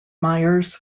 myers